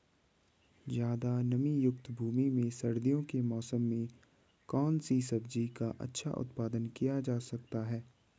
ज़्यादा नमीयुक्त भूमि में सर्दियों के मौसम में कौन सी सब्जी का अच्छा उत्पादन किया जा सकता है?